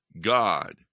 God